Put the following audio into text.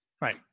Right